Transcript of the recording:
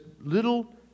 little